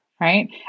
Right